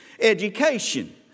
education